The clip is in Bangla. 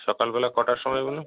সকালবেলা কটার সময় বলুন